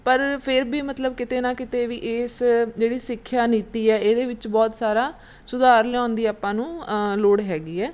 ਪਰ ਫਿਰ ਵੀ ਮਤਲਬ ਕਿਤੇ ਨਾ ਕਿਤੇ ਵੀ ਇਸ ਜਿਹੜੀ ਸਿੱਖਿਆ ਨੀਤੀ ਹੈ ਇਹਦੇ ਵਿੱਚ ਬਹੁਤ ਸਾਰਾ ਸੁਧਾਰ ਲਿਆਉਣ ਦੀ ਆਪਾਂ ਨੂੰ ਲੋੜ ਹੈਗੀ ਹੈ